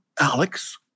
Alex